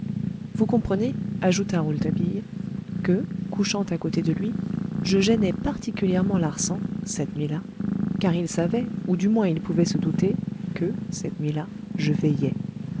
vous comprenez ajouta rouletabille que couchant à côté de lui je gênais particulièrement larsan cette nuit-là car il savait ou du moins il pouvait se douter que cette nuit-là je